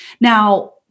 Now